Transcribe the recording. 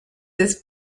this